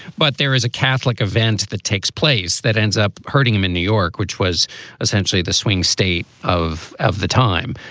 but there is a catholic event that takes place that ends up hurting him in new york, which was essentially the swing state of of the time.